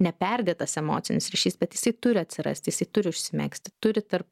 neperdėtas emocinis ryšys bet jisai turi atsirasti jisai turi užsimegzti turi tarp